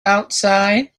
outside